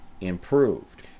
improved